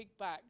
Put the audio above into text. kickback